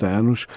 anos